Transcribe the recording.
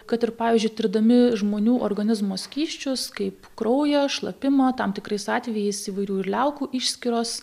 kad ir pavyzdžiui tirdami žmonių organizmo skysčius kaip kraujo šlapimo tam tikrais atvejais įvairių liaukų išskyros